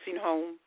home